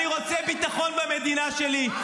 אני רוצה ביטחון במדינה שלי,